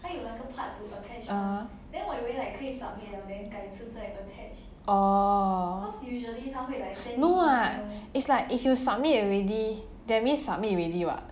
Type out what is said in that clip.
uh oh no [what] it's like if you submit already that means submit already [what]